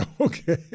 Okay